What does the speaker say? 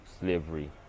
slavery